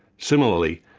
similarly,